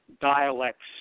dialects